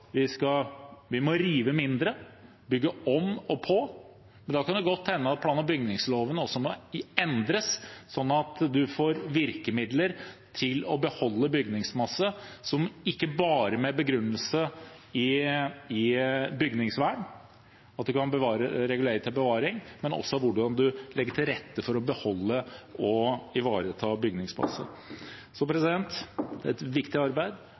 Vi må rive mindre, bygge om og på. Men da kan det godt hende at plan- og bygningsloven også må endres, sånn at man får virkemidler til å beholde bygningsmasse – ikke bare med begrunnelse i bygningsvern, at man kan regulere til bevaring, men også hvordan man legger til rette for å beholde og ivareta bygningsmasse. Det er et viktig arbeid